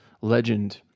Legend